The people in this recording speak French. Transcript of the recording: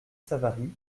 savary